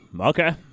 Okay